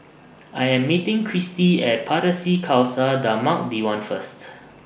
I Am meeting Cristy At Pardesi Khalsa Dharmak Diwan First